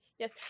Yes